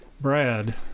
Brad